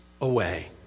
away